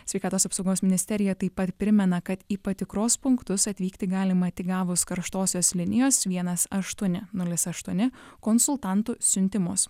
sveikatos apsaugos ministerija taip pat primena kad į patikros punktus atvykti galima tik gavus karštosios linijos vienas aštuoni nulis aštuoni konsultantų siuntimus